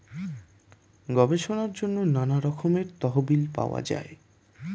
গবেষণার জন্য নানা রকমের তহবিল পাওয়া যায়